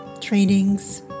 trainings